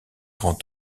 grand